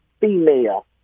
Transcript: female